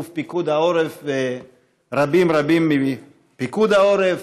אלוף פיקוד העורף ורבים רבים מפיקוד העורף,